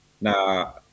Now